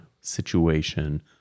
situation